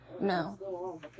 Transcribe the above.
No